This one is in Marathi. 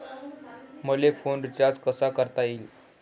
मले फोन रिचार्ज कसा करता येईन?